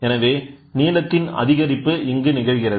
எனவே நீளத்தின் அதிகரிப்பு இங்கு நிகழ்கிறது